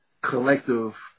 collective